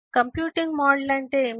computing model అంటే ఏమిటి